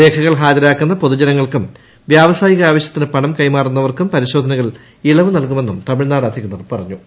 രേഖകൾ ഹാജരാക്കുന്ന പൊതുജനങ്ങൾക്കും വ്യവസായിക ആവശ്യത്തിന് പണം കൈമാറുന്നവർക്കും പരിശോധനകളിൽ ഇളവുനൽകുമെന്നും തമിഴ്നാട് അധികൃതർ പറഞ്ഞു